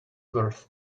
worth